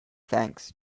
thanks